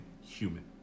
human